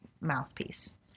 mouthpiece